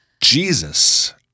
Jesus